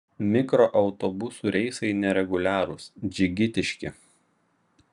mikroautobusų reisai nereguliarūs džigitiški